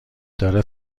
داره